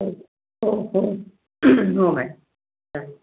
हो हो हो मॅ